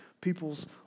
people's